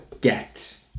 get